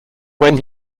when